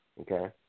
Okay